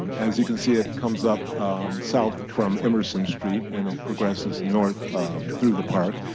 as you can see, it comes up south from emerson street and it progresses north through the park.